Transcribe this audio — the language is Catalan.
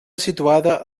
situada